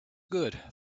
good